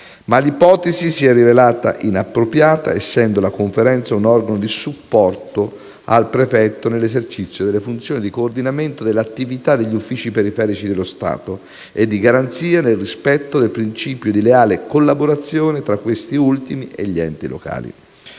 Tale ipotesi, però, si è rivelata inappropriata, essendo la conferenza un organo di supporto al prefetto nell'esercizio delle funzioni di coordinamento delle attività degli uffici periferici dello Stato e di garanzia del rispetto del principio di leale collaborazione tra questi ultimi e gli enti locali.